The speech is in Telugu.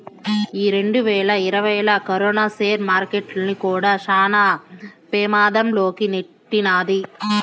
ఈ రెండువేల ఇరవైలా కరోనా సేర్ మార్కెట్టుల్ని కూడా శాన పెమాధం లోకి నెట్టినాది